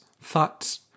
thoughts